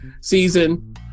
season